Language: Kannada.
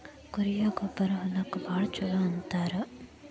ಕುರಿಯ ಗೊಬ್ಬರಾ ಹೊಲಕ್ಕ ಭಾಳ ಚುಲೊ ಅಂತಾರ